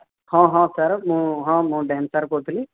ହଁ ହଁ ସାର୍ ମୁଁ ହଁ ମୁଁ ଡ୍ୟାନ୍ସ୍ ସାର୍ କହୁଥିଲି